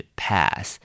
pass